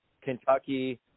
Kentucky